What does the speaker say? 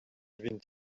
vint